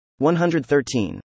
113